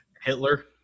Hitler